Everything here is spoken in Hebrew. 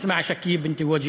הסכת לדברי: